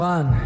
One